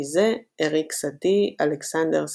ביזה, אריק סאטי, אלכסנדר סקריאבין,